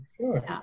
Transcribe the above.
sure